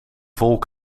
volk